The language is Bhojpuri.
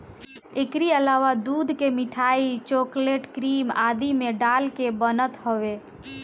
एकरी अलावा दूध के मिठाई, चोकलेट, क्रीम आदि में डाल के बनत हवे